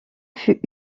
fut